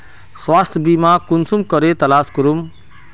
स्वास्थ्य बीमा कुंसम करे तलाश करूम?